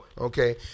Okay